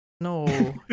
No